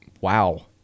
wow